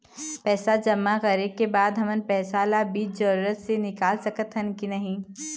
पैसा जमा करे के बाद हमन पैसा ला बीच जरूरत मे निकाल सकत हन की नहीं?